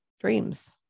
dreams